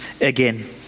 again